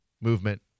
movement